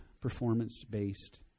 performance-based